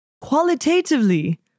qualitatively